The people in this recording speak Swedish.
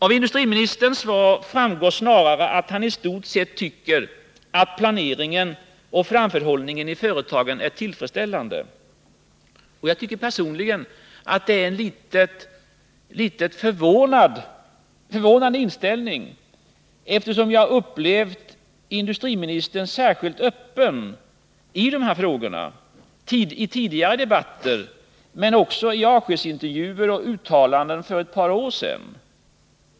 Av industriministerns svar framgår snarare att han i stort sett tycker att planeringen och framförhållningen i företagen är tillfredsställande. Jag tycker personligen att det är en något förvånande inställning, eftersom jag har upplevt industriministern som särskilt öppen i dessa frågor. Han har varit det i tidigare debatter men också i avskedsintervjuer och uttalanden för ett par år sedan.